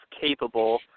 capable